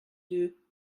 deux